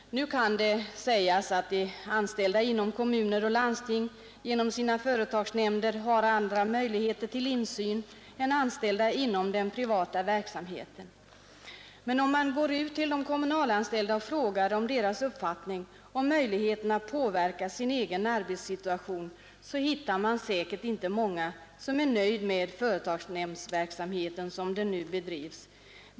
Nu kan det sägas att de anställda inom kommuner och landsting genom sina företagsnämnder har andra möjligheter till insyn än anställda inom den privata verksamheten. Men om man går ut till de kommunalanställda och frågar efter deras uppfattning om möjligheten att påverka sin egen arbetssituation så hittar man säkert inte många som är nöjda med företagsnämndsverksamheten såsom den nu bedrivs.